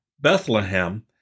Bethlehem